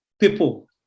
people